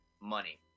Money